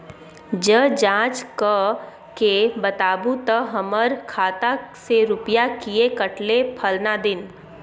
ज जॉंच कअ के बताबू त हमर खाता से रुपिया किये कटले फलना दिन?